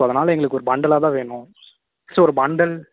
so அதனால் எங்களுக்கு ஒரு பண்டுலாகதான் வேணும் ஸோ ஒரு பண்டுல்